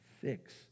fix